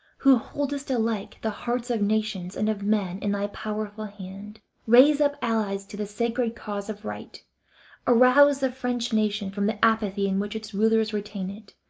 who holdest alike the hearts of nations and of men in thy powerful hand raise up allies to the sacred cause of right arouse the french nation from the apathy in which its rulers retain it,